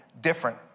different